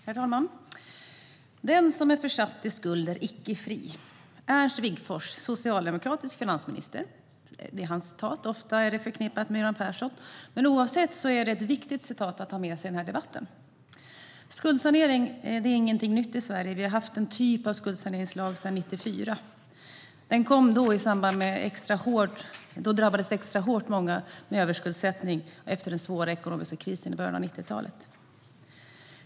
Herr talman! Den som är försatt i skuld är icke fri. Det är ett citat av den socialdemokratiske finansministern Ernst Wigforss, även om det ofta förknippas med Göran Persson. Oavsett vem är det ett viktigt citat att ha med sig i den här debatten. Skuldsanering är inte nytt i Sverige. Vi har haft en typ av skuldsaneringslag sedan 1994. Den kom då i samband med att många drabbades extra hårt av överskuldsättning efter den svåra ekonomiska krisen i början av 90-talet.